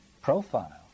profile